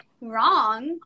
wrong